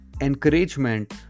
encouragement